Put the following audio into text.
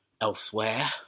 elsewhere